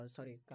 Sorry